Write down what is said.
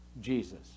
Jesus